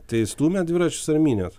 tai stūmėt dviračius ar mynėt